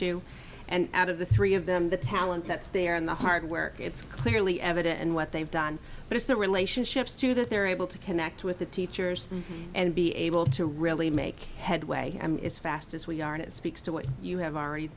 too and out of the three of them the talent that's there and the hardware it's clearly evident and what they've done but it's the relationships to that they're able to connect with the teachers and be able to really make headway is fast as we are in it speaks to what you have already